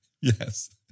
yes